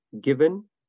given